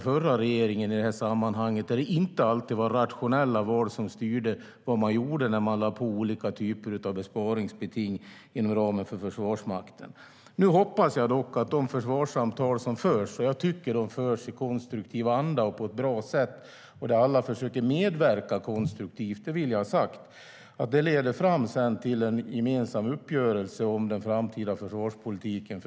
Det var inte alltid rationella val som styrde när olika besparingsbeting lades på Försvarsmakten. Nu förs försvarssamtal i en konstruktiv anda där alla försöker medverka på ett bra sätt, och jag hoppas att samtalen leder fram till en gemensam uppgörelse om den framtida försvarspolitiken.